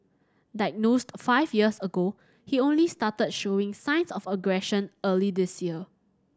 diagnosed five years ago he only started showing signs of aggression early this year